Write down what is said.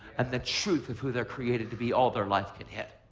and the truth of who they're created to be all their life can hit.